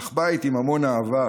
אך בית עם המון אהבה,